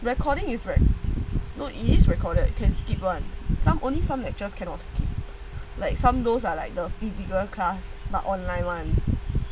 recording no it is recorded you can skip one some only some just cannot like some those are like the physical class but online [one]